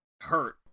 hurt